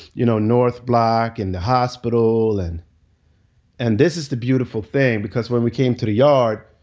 you know, north block and the hospital. and and this is the beautiful thing because when we came to the yard,